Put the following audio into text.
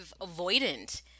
avoidant